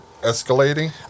escalating